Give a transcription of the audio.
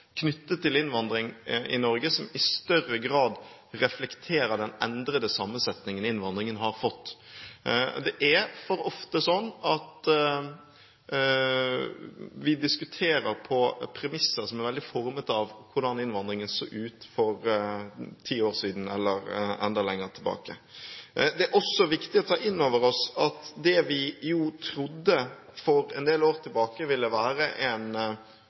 knyttet til innvandring i Norge som i større grad reflekterer den endrede sammensetningen innvandringen har fått. Det er for ofte slik at vi diskuterer på premisser som i stor grad er formet av hvordan innvandringen så ut for ti år siden eller enda lenger tilbake. Det er også viktig å ta inn over seg at det vi for en del år tilbake trodde ville være en